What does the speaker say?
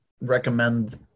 recommend